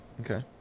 Okay